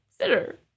Sitter